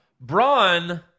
Braun